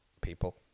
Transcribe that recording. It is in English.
people